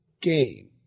game